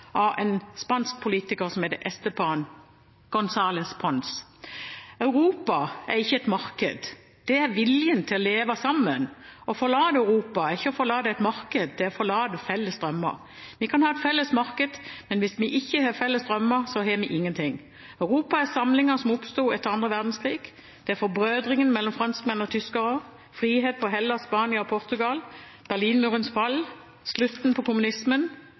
av en spansk politiker som heter Esteban González Pons: Europa er ikke et marked, det er viljen til å leve sammen. Å forlate Europa er ikke å forlate et marked, det er å forlate felles drømmer. Vi kan ha et felles marked, men hvis vi ikke har felles drømmer, har vi ingenting. Europa er samlingen som oppsto etter annen verdenskrig. Det er forbrødringen mellom franskmenn og tyskere, frihet for Hellas, Spania og Portugal, Berlinmurens fall, slutten på kommunismen.